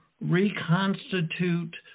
reconstitute